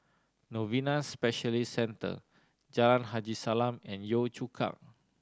Novena Specialist Centre Jalan Haji Salam and Yio Chu Kang